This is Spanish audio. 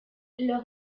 los